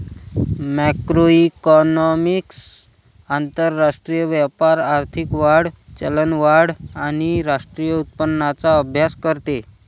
macroeconomics आंतरराष्ट्रीय व्यापार, आर्थिक वाढ, चलनवाढ आणि राष्ट्रीय उत्पन्नाचा अभ्यास करते